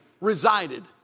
resided